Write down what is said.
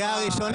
קריאה ראשונה,